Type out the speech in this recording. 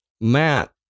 Matt